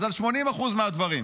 אז על 80% מהדברים".